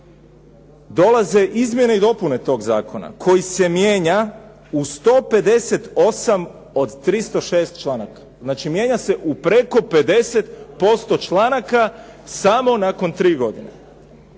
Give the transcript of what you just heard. dolaze izmjene i dopune tog zakona koji se mijenja u 158 od 306 članaka. Znači mijenja se u preko 50% članaka samo nakon tri godine,